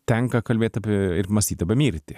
tenka kalbėt apie ir mąstyt apie mirtį